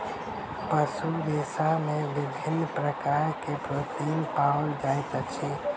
पशु रेशा में विभिन्न प्रकार के प्रोटीन पाओल जाइत अछि